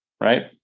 right